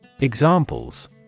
Examples